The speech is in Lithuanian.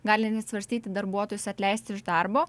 gali net svarstyti darbuotojus atleisti iš darbo